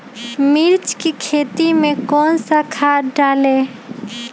मिर्च की खेती में कौन सा खाद डालें?